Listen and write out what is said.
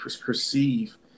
perceive